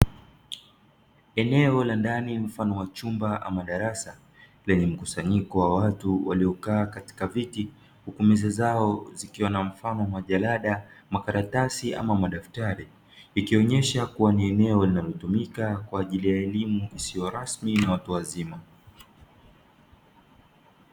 Eneo la ndani mfano wachumba amadarasa lenye mkusanyiko wa watu waliokaa katika viti huku meze zao zikiwa na mfano mmojalada makaratasi ama madaftari, ikionyesha kuwa ni eneo linalotumika kwa ajili ya elimu isiyo rasmi na watu wazima.